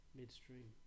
midstream